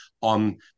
on